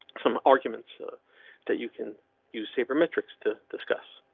some arguments ah that you can use sabermetrics to discuss.